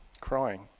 crying